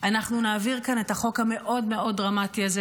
אנחנו נעביר כאן את החוק המאוד-מאוד דרמטי הזה,